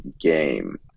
game